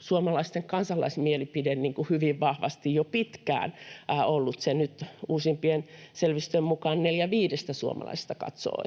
suomalaisten kansalaismielipide hyvin vahvasti jo pitkään. Nyt uusimpien selvitysten mukaan neljä viidestä suomalaisesta katsoo,